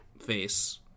face